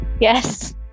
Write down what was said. Yes